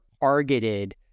targeted